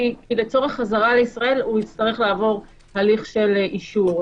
כי לצורך חזרה לישראל הוא יצטרך לעבור הליך של אישור.